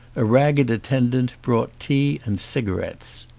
a rag ged attendant brought tea and cigarettes.